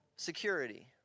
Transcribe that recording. Security